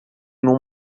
num